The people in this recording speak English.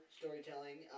storytelling